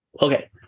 okay